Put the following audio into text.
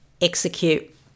execute